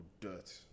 dirt